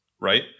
right